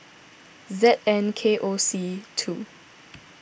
Z N K O C two